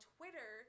Twitter